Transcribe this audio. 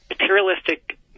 materialistic